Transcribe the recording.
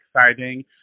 exciting